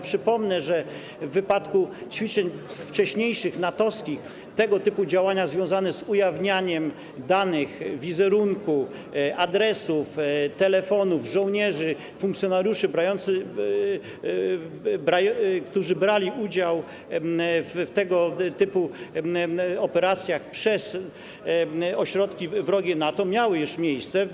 Przypomnę, że w przypadku wcześniejszych ćwiczeń NATO-wskich tego typu działania związane z ujawnianiem danych, wizerunku, adresów, telefonów żołnierzy, funkcjonariuszy, którzy brali udział w tego typu operacjach, przez ośrodki wrogie NATO miały już miejsce.